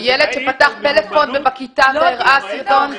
או ילד שפתח פלאפון בכיתה והראה סרטון?